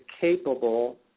capable